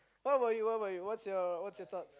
what about you what about you what's your what's your thoughts